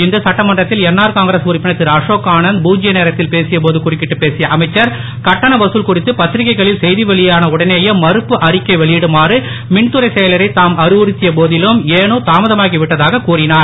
இன்று சட்டமன்றத்தில் என்ஆர் காங்கிரஸ் உறுப்பினர் திரு அசோக் ஆனந்த் பூத்யநேரத்தில் பேசிய போது குறுக்கிட்டுப் பேசிய அமைச்சர் கட்டண வதல் குறித்து பத்திரிக்கைகளில் செய்தி வெளியான உடனேயே மறுப்பு அறிக்கை வெளியிடுமாறு மின்துறை செயலரை தாம் அறிவுறுத்திய போதிலும் ஏனோ தாமதமாகி விட்டதாக கூறினார்